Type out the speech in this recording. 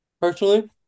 Personally